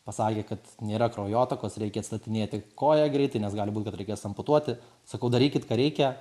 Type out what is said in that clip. pasakė kad nėra kraujotakos reikia atstatinėti koją greitai nes gali būt kad reikės amputuoti sakau darykit ką reikia